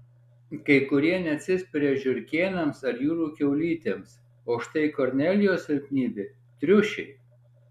kai kurie neatsispiria žiurkėnams ar jūrų kiaulytėms o štai kornelijos silpnybė triušiai